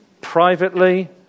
privately